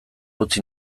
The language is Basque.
utzi